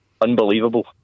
Unbelievable